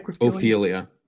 Ophelia